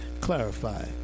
clarify